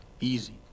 Easy